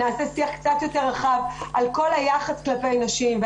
נעשה שיח קצת יותר רחב על כל היחס כלפי נשים.